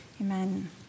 Amen